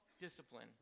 discipline